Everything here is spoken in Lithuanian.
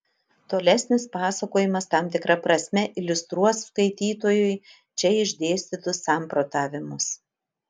tolesnis pasakojimas tam tikra prasme iliustruos skaitytojui čia išdėstytus samprotavimus